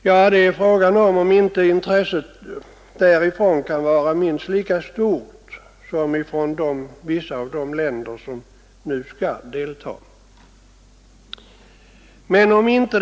Ja, frågan är om inte intresset på det hållet är minst lika stort som i vissa av de länder som nu kommer att delta i konferensen.